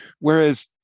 whereas